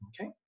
okay